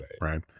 right